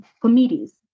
committees